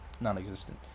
non-existent